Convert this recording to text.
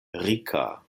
rika